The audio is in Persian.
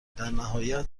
درنهایت